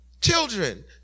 children